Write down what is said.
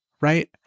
right